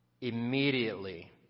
Immediately